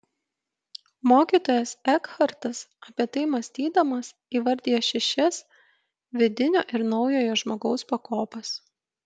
mokytojas ekhartas apie tai mąstydamas įvardija šešias vidinio ir naujojo žmogaus pakopas